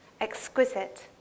exquisite